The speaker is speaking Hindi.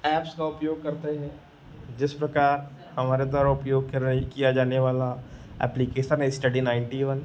ऐप्स का उपयोग करते हैं जिस प्रकार हमारे द्वारा उपयोग कर रहे किया जाने वाला एप्लिकेशन है स्टडी नाइन्टी वन